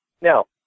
Now